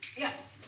yes.